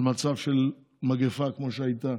על מצב של מגפה, כמו שהייתה,